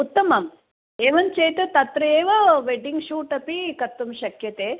उत्तमम् एवं चेत् तत्रेव वेड्डिङ्ग् शूट् अपि कर्तुं शक्यते